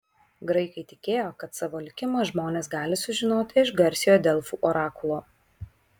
graikai tikėjo kad savo likimą žmonės gali sužinoti iš garsiojo delfų orakulo